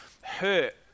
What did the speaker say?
hurt